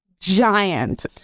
giant